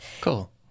cool